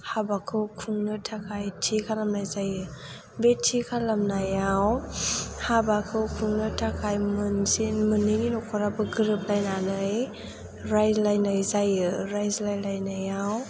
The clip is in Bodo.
हाबाखौ खुंनो थाखाय थि खालामनाय जायो बे थि खालामनायाव हाबाखौ खुंनो थाखाय मोनसे मोननै न'खराबो गोरोबलायनानै रायलायनाय जायो रायज्लायलायनायाव